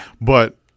But-